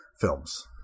films